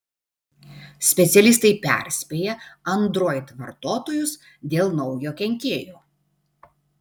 specialistai perspėja android vartotojus dėl naujo kenkėjo